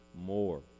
more